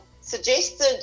suggested